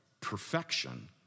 perfection